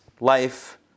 life